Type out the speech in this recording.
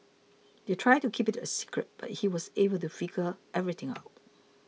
they tried to keep it a secret but he was able to figure everything out